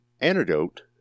Antidote